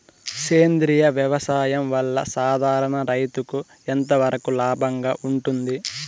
సేంద్రియ వ్యవసాయం వల్ల, సాధారణ రైతుకు ఎంతవరకు లాభంగా ఉంటుంది?